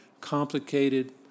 complicated